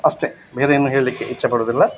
ಅಷ್ಟೆ ಬೇರೇನು ಹೇಳಲಿಕ್ಕೆ ಇಚ್ಛೆಪಡುವುದಿಲ್ಲ